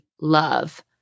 love